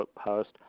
post